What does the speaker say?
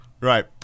Right